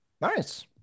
Nice